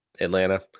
Atlanta